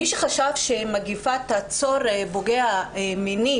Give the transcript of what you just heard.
מי שחשב שהמגפה תעצור את הפוגע המיני